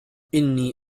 إني